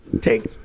take